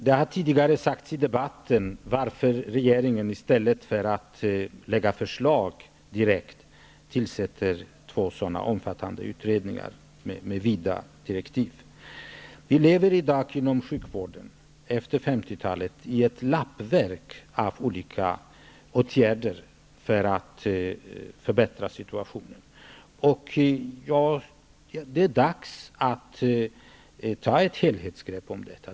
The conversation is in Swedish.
Det har tidigare sagts i debatten att regeringen i stället för att direkt lägga fram förslag tillsätter två omfattande utredningar med vida direktiv. Inom sjukvården lever vi i dag sedan 50-talet med ett lappverk av olika åtgärder för att förbättra situationen. Det är dags att ta ett helhetsgrepp om detta.